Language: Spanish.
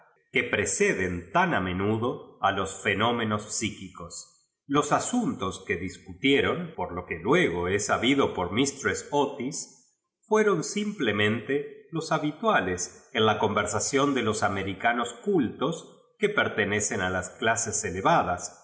que preceden tan a menudo a los fenómenos psí quicos t s asuntos que discutieron por lo que lue go lie saludo por mistress gtis fueron sim plemente los habituales en ja conversación de jos americanos cultos que pertenecen a los elases elevadas